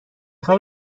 خوای